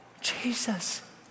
Jesus